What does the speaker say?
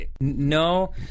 No